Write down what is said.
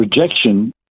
rejection